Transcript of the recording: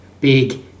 Big